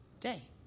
day